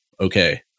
Okay